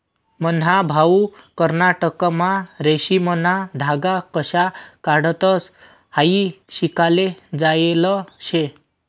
मन्हा भाऊ कर्नाटकमा रेशीमना धागा कशा काढतंस हायी शिकाले जायेल शे